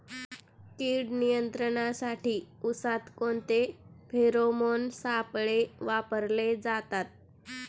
कीड नियंत्रणासाठी उसात कोणते फेरोमोन सापळे वापरले जातात?